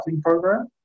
program